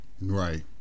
right